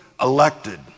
elected